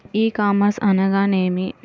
ఈ కామర్స్ అనగా నేమి?